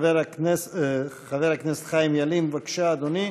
חבר הכנסת חיים ילין, בבקשה, אדוני,